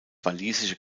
walisische